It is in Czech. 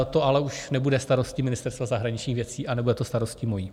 To ale už nebude starostí Ministerstva zahraničních věcí a nebude to starostí mojí.